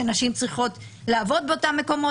שנשים צריכות לעבוד באותם מקומות,